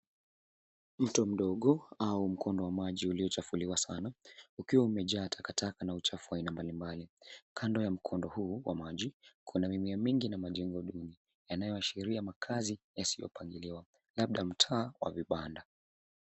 Mto mdogo au mkondo wa maji uliochafuliwa sana ukiwa umejaa takataka na uchafu wa aina mbalimbali. Kando ya mkondo huu wa maji kuna mimea mingi na majengo duni yanayoashiria makazi yasiyopangiliwa, labda mtaa wa vibanda.